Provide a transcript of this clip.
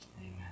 amen